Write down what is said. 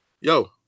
yo